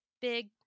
big